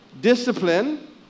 discipline